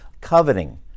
Coveting